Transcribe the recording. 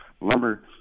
Lumber